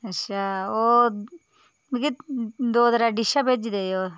अच्छा ओह् मिगी दो त्रैऽ डिशां भेजी देयो